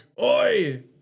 Oi